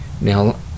Now